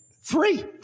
Three